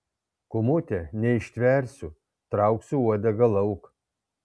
kūmute neištversiu trauksiu uodegą lauk